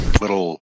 little